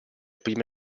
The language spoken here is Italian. prime